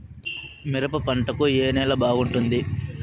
మిరప పంట కు ఏ నేల బాగుంటుంది?